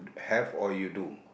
have or you do